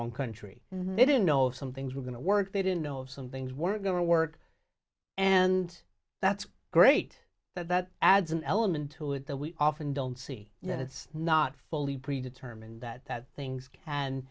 own country they didn't know some things were going to work they didn't know some things were going to work and that's great that that adds an element to it that we often don't see that it's not fully pre determined that that things